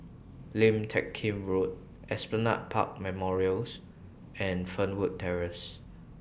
Lim Teck Kim Road Esplanade Park Memorials and Fernwood Terrace